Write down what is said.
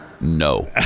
No